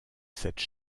cette